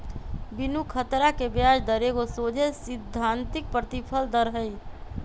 बिनु खतरा के ब्याज दर एगो सोझे सिद्धांतिक प्रतिफल दर हइ